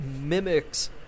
mimics